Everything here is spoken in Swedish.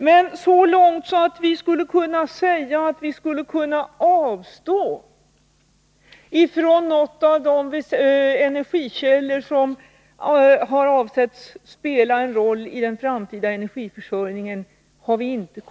Dess värre har vi inte kommit så långt att vi kan avstå från någon av de energikällor som avsetts spela en roll i den framtida energiförsörjningen.